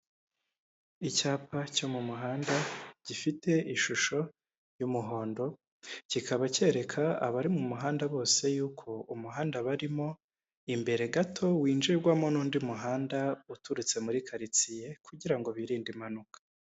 Icyapa cyo mu muhanda gifite ishusho y'umuhondo, kikaba cyereka abari mu muhanda bose yuko umuhanda barimo imbere gato winjirwamo n'undi muhanda uturutse muri karitsiye kugira ngo birinde impanuka.